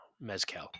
Mezcal